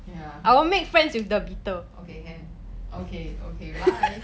ya ok can ok ok bye